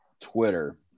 Twitter